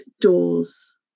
doors